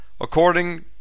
According